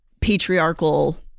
patriarchal